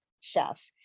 chef